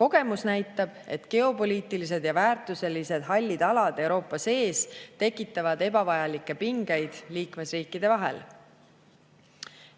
Kogemus näitab, et geopoliitilised ja väärtuselised hallid alad Euroopa sees tekitavad ebavajalikke pingeid liikmesriikide vahel.